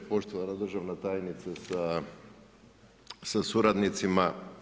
Poštovana državna tajnice sa suradnicima.